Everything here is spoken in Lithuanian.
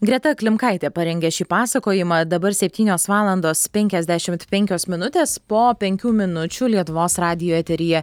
greta klimkaitė parengė šį pasakojimą dabar septynios valandos penkiasdešimt penkios minutės po penkių minučių lietuvos radijo eteryje